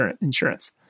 insurance